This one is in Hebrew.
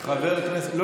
לא,